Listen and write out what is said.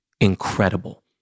incredible